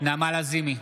נעמה לזימי,